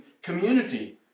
community